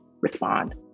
respond